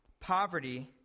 Poverty